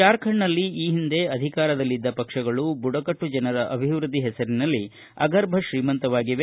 ಜಾರ್ಖಂಡನಲ್ಲಿ ಈ ಹಿಂದೆ ಅಧಿಕಾರದಲ್ಲಿ ಇದ್ದ ಪಕ್ಷಗಳ ಬುಡಕಟ್ಟು ಜನರ ಅಭಿವೃದ್ದಿ ಹೆಸರಿನಲ್ಲಿ ಅಗರ್ಭ ತ್ರೀಮಂತರಾಗಿವೆ